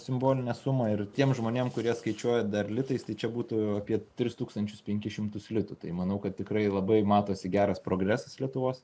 simbolinę sumą ir tiem žmonėm kurie skaičiuoja dar litais tai čia būtų apie tris tūkstančius penkis šimtus litų tai manau kad tikrai labai matosi geras progresas lietuvos